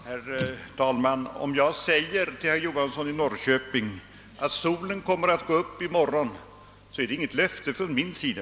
Herr talman! Om jag säger till herr Johansson i Norrköping att solen kommer att gå upp i morgon är det inte något löfte från min sida.